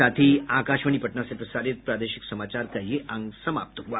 इसके साथ ही आकाशवाणी पटना से प्रसारित प्रादेशिक समाचार का ये अंक समाप्त हुआ